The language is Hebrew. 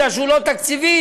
כי הוא לא תקציבי.